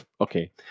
Okay